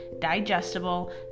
digestible